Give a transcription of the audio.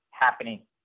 happening